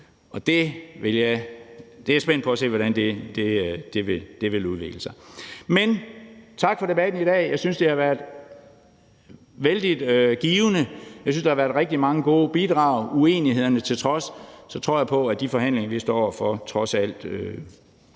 og det er jeg spændt på at se hvordan vil gå. Men tak for debatten i dag. Jeg synes, det har været vældig givende. Jeg synes, der har været rigtig mange gode bidrag uenighederne til trods, og jeg tror på, at de forhandlinger, vi står over for, trods alt